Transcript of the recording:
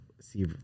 see